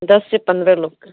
दस से पंद्रह लोग का